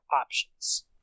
options